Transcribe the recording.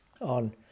on